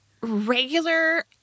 regular